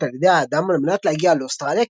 על ידי האדם על-מנת להגיע לאוסטרליה,